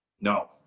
no